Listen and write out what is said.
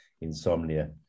insomnia